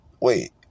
wait